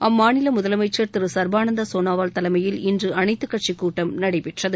அம்மாநில முதலமைச்சள் திரு சள்பானந்தா சோனாவால் தலைமையில் இன்று அனைத்து கட்சி கூட்டம் நடைபெற்றது